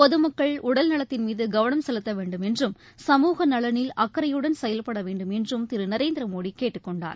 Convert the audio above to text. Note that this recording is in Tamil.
பொதுமக்கள் உடல்நலத்தின் மீதுகவளம் செலுத்தவேண்டும் என்றும் சமூக நலனில் அக்கறையுடன் செயல்படவேண்டும் என்றும் திருநரேந்திரமோடிகேட்டுக் கொண்டார்